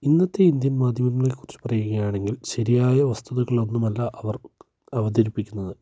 ഇന്നത്തെ ഇന്ത്യൻ മാധ്യമങ്ങളെ കുറിച്ചു പറയുകയാണെങ്കിൽ ശരിയായ വസ്തുതകൾ ഒന്നുമല്ല അവർ അവതരിപ്പിക്കുന്നത്